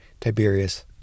Tiberius